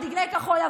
עם דגלי כחול-לבן.